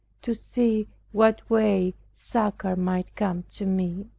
to see what way succor might come to me